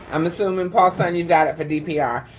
i'm assuming paulson, you got it for dpr.